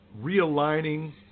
realigning